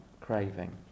craving